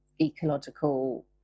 ecological